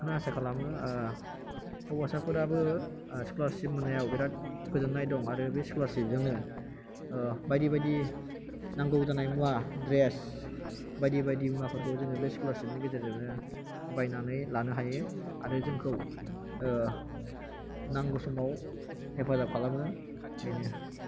बेखौनो आसा खालामो हौवासाफोराबो स्क'लारशिप मोननायाव बिरात गोजोननाय दं आरो बे स्क'लारशिप जोंनो बायदि बायदि नांगौ जानाय मुवा द्रेस बायदि बायदि मुवाफोरखौ जोङो बे स्क'लारशिप नि गेजेरजोंनो बायनानै लानो हायो आरो जोंखौ नांगौ समाव हेफाजाब खालामो बेनो